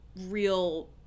real